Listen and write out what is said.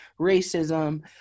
racism